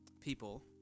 people